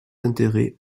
intérêt